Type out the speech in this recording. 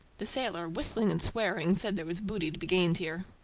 the sailor, whistling and swearing, said there was booty to be gained here.